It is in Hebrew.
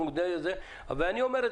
אני אומר: